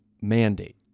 Mandate